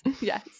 Yes